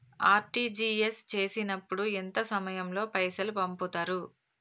RTGS చేసినప్పుడు ఎంత సమయం లో పైసలు పంపుతరు?